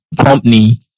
company